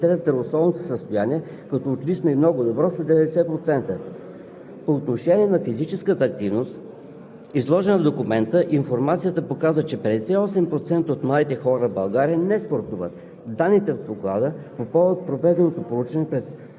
възползвали от правото си на профилактичен преглед при личния лекар и само 24% при лекар по дентална медицина. Представителите на целевата група, които определят здравословното си състояние като отлично и много добро, са 90%. По отношение на физическата активност,